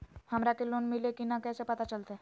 हमरा के लोन मिल्ले की न कैसे पता चलते?